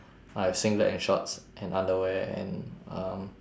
I have singlet and shorts and underwear and um